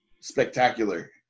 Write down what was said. spectacular